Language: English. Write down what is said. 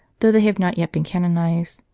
though they have not yet been canonized.